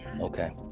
okay